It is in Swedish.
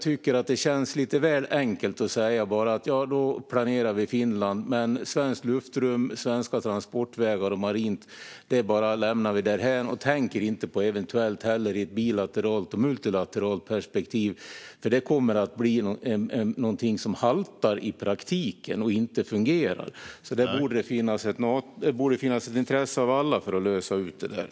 Det känns lite väl enkelt att säga att vi planerar med Finland men lämnar svenskt luftrum, svenska transportvägar och den svenska marina miljön därhän och tänker eventuellt inte heller på ett bilateralt och multilateralt perspektiv. Det kommer att halta i praktiken och kommer inte att fungera. Det borde finnas ett intresse hos alla att lösa detta.